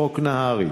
חוק נהרי.